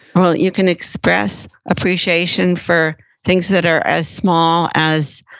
well, you can express appreciation for things that are as small as,